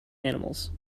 animals